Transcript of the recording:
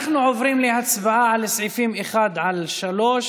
אנחנו עוברים להצבעה על סעיפים 1 3,